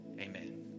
Amen